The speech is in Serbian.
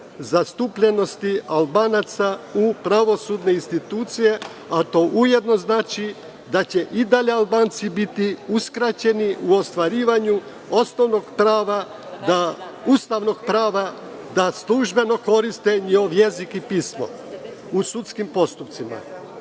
zastupljenosti Albanaca u pravosudnim institucijama, a to ujedno znači da će i dalje Albanci biti uskraćeni u ostvarivanju osnovnog prava, Ustavnog prava da službeno koriste njihov jezik i pismo u sudskim postupcima. Zapravo,